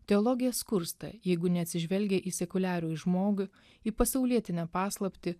teologija skursta jeigu neatsižvelgia į sekuliarųjį žmogų į pasaulietinę paslaptį